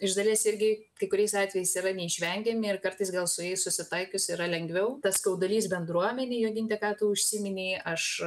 iš dalies irgi kai kuriais atvejais yra neišvengiami ir kartais gal su jais susitaikius yra lengviau tas skaudulys bendruomenei joginte ką tu užsiminei aš